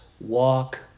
walk